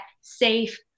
safe